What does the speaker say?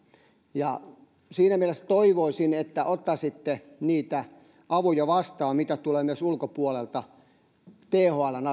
ja siinä mielessä toivoisin että ottaisitte niitä avuja vastaan mitä tulee myös thln